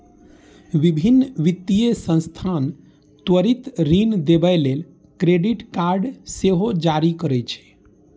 विभिन्न वित्तीय संस्थान त्वरित ऋण देबय लेल क्रेडिट कार्ड सेहो जारी करै छै